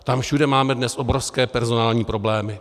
Tam všude máme dnes obrovské personální problémy.